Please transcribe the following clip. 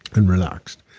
and relaxed.